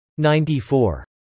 94